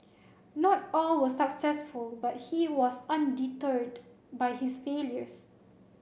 not all were successful but he was undeterred by his failures